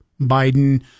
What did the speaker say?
Biden